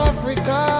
Africa